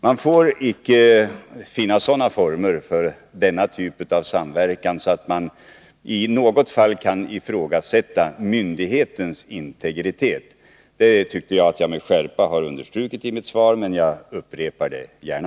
Man får icke ha sådana former för denna typ av samverkan att någon i något fall kan ifrågasätta myndighetens integritet. Det tycker jag att jag med skärpa har understrukit i mitt svar, men jag upprepar det gärna.